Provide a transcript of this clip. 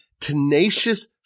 tenacious